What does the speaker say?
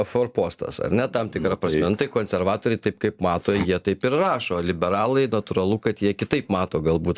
forpostas ar ne tam tikra prasme nu tai konservatoriai taip kaip mato jie taip ir rašo liberalai natūralu kad jie kitaip mato galbūt